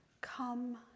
Come